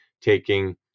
taking